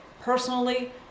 personally